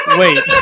wait